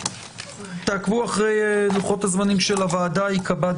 הישיבה ננעלה בשעה 13:59.